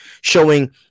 showing